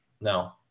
no